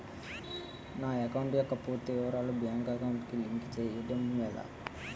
నా అకౌంట్ యెక్క పూర్తి వివరాలు బ్యాంక్ అకౌంట్ కి లింక్ చేయడం ఎలా?